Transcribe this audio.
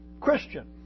Christian